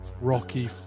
Rocky